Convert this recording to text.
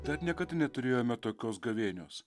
dar niekada neturėjome tokios gavėnios